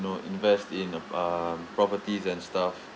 know invest in a um properties and stuff